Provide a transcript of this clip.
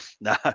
No